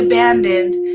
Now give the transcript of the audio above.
abandoned